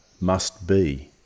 must-be